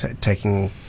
taking